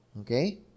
okay